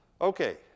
Okay